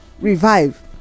revive